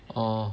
orh